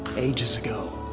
ages ago.